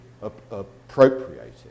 appropriated